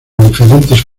diferentes